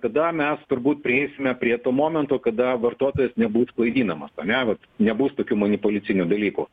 tada mes turbūt prieisime prie to momento kada vartotojas nebus klaidinamas ane vat nebus tokių manipuliacinių dalykų